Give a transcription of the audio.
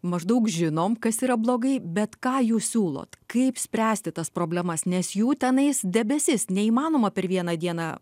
maždaug žinom kas yra blogai bet ką jūs siūlot kaip spręsti tas problemas nes jų tenais debesis neįmanoma per vieną dieną